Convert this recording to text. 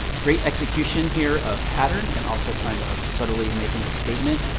great execution here of pattern, and also kind of subtly making a statement.